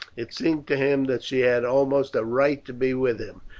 it seemed to him that she had almost a right to be with him.